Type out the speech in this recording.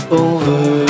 over